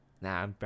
nah